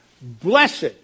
Blessed